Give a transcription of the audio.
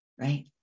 Right